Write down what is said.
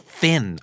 thin